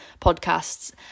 podcasts